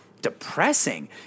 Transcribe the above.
depressing